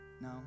No